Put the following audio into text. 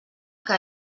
que